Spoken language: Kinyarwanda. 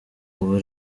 ubu